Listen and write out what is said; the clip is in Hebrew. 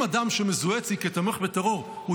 אם אדם שמזוהה אצלי כתומך בטרור הוא